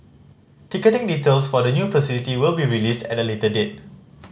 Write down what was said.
ticketing details for the new facility will be released at a later date